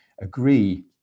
agree